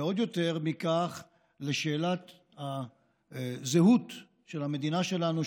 ועוד יותר מכך לשאלת הזהות של המדינה שלנו,